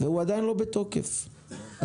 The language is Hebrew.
זה הכיוון.